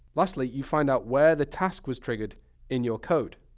lastly, you find out where the task was triggered in your code.